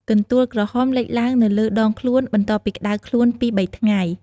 កន្ទួលក្រហមលេចឡើងនៅលើដងខ្លួនបន្ទាប់ពីក្តៅខ្លួនពីរបីថ្ងៃ។